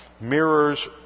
mirrors